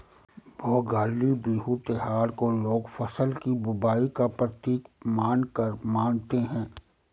भोगाली बिहू त्योहार को लोग फ़सल की बुबाई का प्रतीक मानकर मानते हैं